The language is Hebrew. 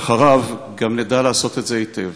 ואחריו גם נדע לעשות את זה היטב.